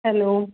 hello